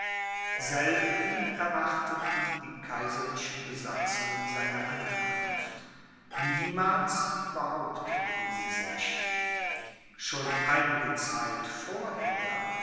selten erwarteten die kaiserlichen besatzungen seine ankunft niemals behaupteten sie sich schon einige zeit vorher